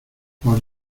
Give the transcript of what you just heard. por